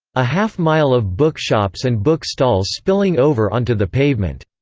a half-mile of bookshops and bookstalls spilling over onto the pavement,